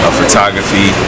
photography